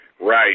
Right